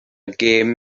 gêm